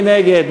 מי נגד?